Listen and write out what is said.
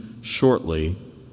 shortly